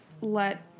let